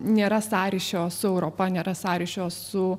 nėra sąryšio su europa nėra sąryšio su